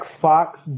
Fox